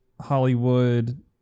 hollywood